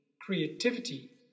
creativity